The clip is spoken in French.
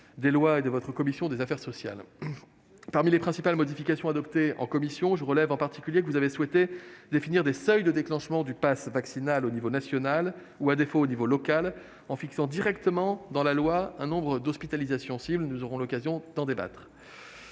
des lois et de votre commission des affaires sociales. Parmi les principales modifications adoptées en commission, je relève en particulier que vous avez souhaité définir des seuils de déclenchement du passe vaccinal à l'échelon national ou, à défaut, à l'échelon local, en inscrivant dans la loi un nombre d'hospitalisations cible. Nous aurons l'occasion d'en débattre.